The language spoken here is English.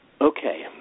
Okay